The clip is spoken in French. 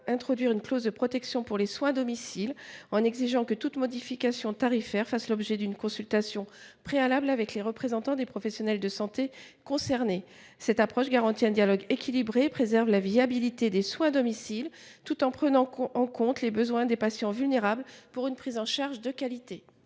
introduire une clause de protection pour les soins à domicile : toute modification tarifaire doit faire l’objet d’une consultation préalable des représentants des professionnels de santé concernés. Une telle approche garantira un dialogue équilibré et préservera la viabilité des soins à domicile, tout en tenant compte des besoins des patients vulnérables pour une prise en charge de qualité.